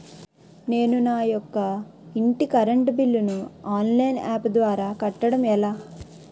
నేను నా యెక్క ఇంటి కరెంట్ బిల్ ను ఆన్లైన్ యాప్ ద్వారా కట్టడం ఎలా?